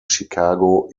chicago